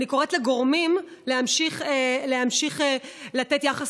אני קוראת לגורמים להמשיך ולתת יחס